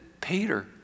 Peter